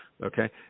Okay